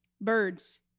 Birds